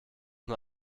nur